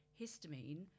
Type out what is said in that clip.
histamine